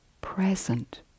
present